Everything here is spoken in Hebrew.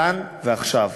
כאן ועכשיו.